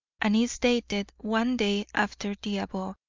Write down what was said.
and is dated one day after the above